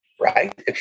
right